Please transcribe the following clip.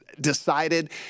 decided